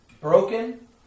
Broken